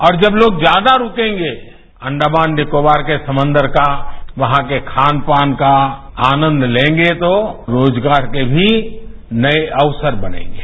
और जब लोग ज्यादा रूकेंगे अंडमान निकोबार के समंद्र का वहां के खान पान का आनंद लेंगे तो रोजगार के भी नए अवसर बनेंगे